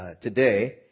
Today